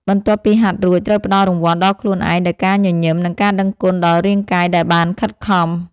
បន្ទាប់ពីហាត់រួច ត្រូវផ្ដល់រង្វាន់ដល់ខ្លួនឯងដោយការញញឹម និងការដឹងគុណដល់រាងកាយដែលបានខិតខំ។